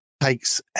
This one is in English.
takes